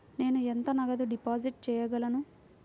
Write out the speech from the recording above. నేను ఎంత నగదు డిపాజిట్ చేయగలను?